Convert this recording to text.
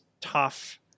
tough